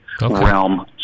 realm